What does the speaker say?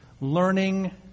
learning